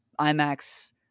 imax